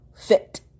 Fit